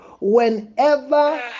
whenever